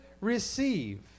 receive